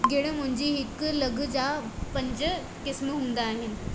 गि॒णु मुंहिंजी हिकु लघु जा पंज किस्म हूंदा आहिनि